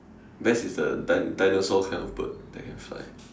best is the dinosaur dinosaur kind bird that can fly